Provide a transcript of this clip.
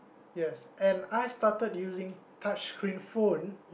yes and I started using touch screen phone